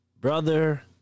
brother